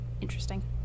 interesting